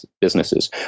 businesses